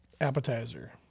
appetizer